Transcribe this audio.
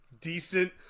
decent